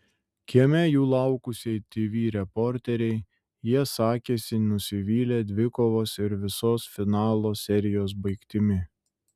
kieme jų laukusiai tv reporterei jie sakėsi nusivylę dvikovos ir visos finalo serijos baigtimi